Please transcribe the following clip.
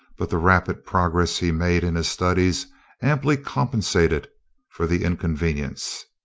but the rapid progress he made in his studies amply compensated for the inconvenience.